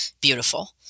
beautiful